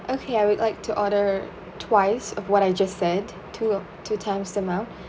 okay I would like to order twice of what I just said two oh two times the amount